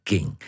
King